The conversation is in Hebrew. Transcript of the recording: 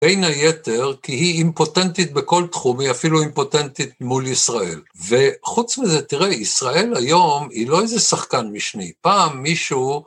בין היתר, כי היא אימפוטנטית בכל תחום, היא אפילו אימפוטנטית מול ישראל. וחוץ מזה, תראה, ישראל היום היא לא איזה שחקן משני פעם, מישהו...